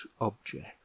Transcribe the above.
object